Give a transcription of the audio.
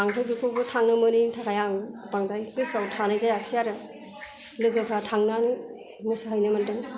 आंथ' बेखौ थांनो मोनैनि थाखाय बांद्राय गोसोआव थानाय जायासै आरो लोगोफ्रा थांनानै मोसाहैनो मोन्दों